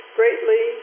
greatly